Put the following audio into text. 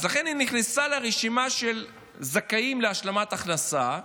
לכן היא נכנסה לרשימה של זכאים להשלמת הכנסה.